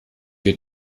wir